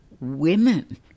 women